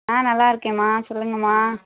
ஆ நல்லா இருக்கேன்ம்மா சொல்லுங்கம்மா